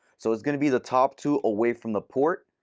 so it's going to be the top two away from the port.